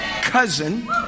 cousin